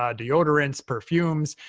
ah deodorants, perfumes,